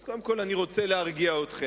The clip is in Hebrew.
אז קודם כול אני רוצה להרגיע אתכם: